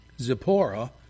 Zipporah